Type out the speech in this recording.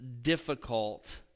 difficult